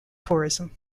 tourism